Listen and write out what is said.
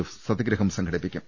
F സത്യഗ്രഹം സംഘടി പ്പിക്കും